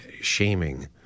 shaming